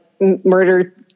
murder